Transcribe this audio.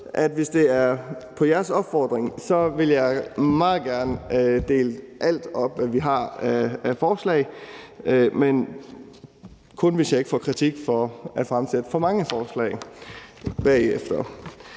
hvis det er på jeres opfordring, vil jeg meget gerne opdele alt, hvad vi har af forslag, men kun, hvis jeg ikke får kritik for at fremsætte for mange forslag bagefter.